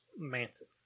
Manson